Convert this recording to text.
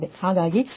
ಇಲ್ಲಿ ಅದು 0